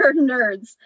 nerds